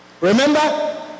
remember